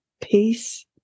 peace